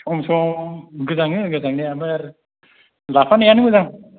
सम सम गोजाङो गोजांनायालाय आर लाफानायानो मोजां